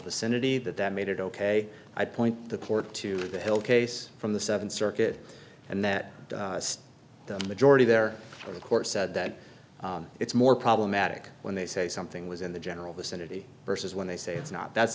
vicinity that that made it ok i point the court to the hill case from the seventh circuit and that the majority there in the court said that it's more problematic when they say something was in the general vicinity versus when they say it's not that's